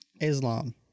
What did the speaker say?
Islam